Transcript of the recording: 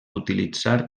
utilitzar